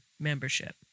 membership